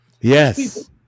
Yes